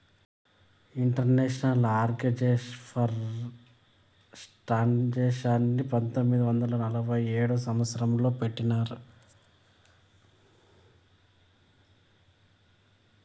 international Organization for స్టాండర్డయిజేషన్ని పంతొమ్మిది వందల నలభై ఏడవ సంవచ్చరం లో పెట్టినారు